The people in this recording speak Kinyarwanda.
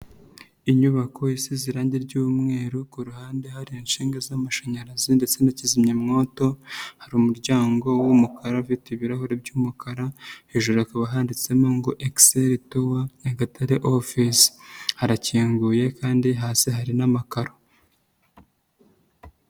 Inyubako isize irangi ry'umweru, ku ruhande hari inshinga z'amashanyarazi ndetse na kizimyamwoto, hari umuryango w'umukara ufite ibirahuri by'umukara, hejuru hakaba handitsemo ngo excel tour Nyagatare office, harakinguye kandi hasi hari n'amakaro.